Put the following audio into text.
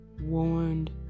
warned